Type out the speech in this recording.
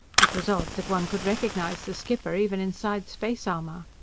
it was odd that one could recognize the skipper even inside space armor.